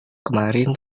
kemarin